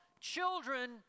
children